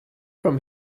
from